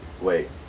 wait